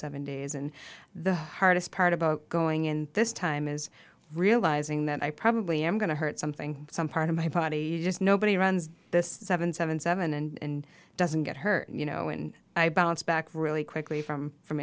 days and the hardest part about going in this time is realizing that i probably am going to hurt something some part of my body just nobody runs this seven seven seven and doesn't get hurt you know and i bounce back really quickly from from